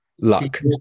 Luck